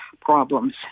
problems